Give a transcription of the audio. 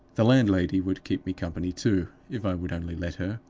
the landlady would keep me company, too, if i would only let her.